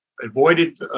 avoided